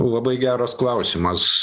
labai geras klausimas